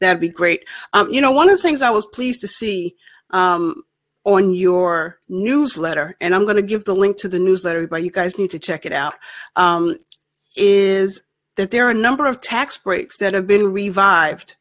that be great you know one of the things i was pleased to see on your newsletter and i'm going to give the link to the newsletter but you guys need to check it out is that there are a number of tax breaks that have been revived